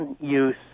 use